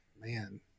man